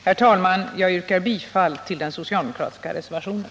Herr talman! Jag yrkar bifall till den socialdemokratiska reservationen.